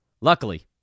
Luckily